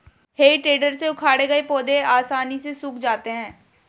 हेइ टेडर से उखाड़े गए पौधे आसानी से सूख जाते हैं